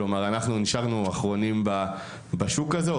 כלומר אנחנו נשארנו אחרונים בשוק הזה,